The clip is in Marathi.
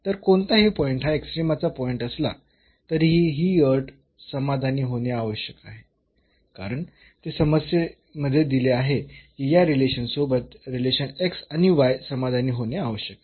तर कोणताही पॉईंट हा एक्स्ट्रीमाचा पॉईंट असला तरीही ही अट समाधानी होणे आवश्यक आहे कारण ते समस्येमध्ये दिले आहे की या रिलेशन सोबत रिलेशन आणि समाधानी होणे आवश्यक आहे